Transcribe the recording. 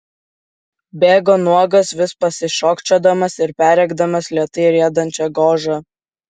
bėgo nuogas vis pasišokčiodamas ir perrėkdamas lėtai riedančią gožą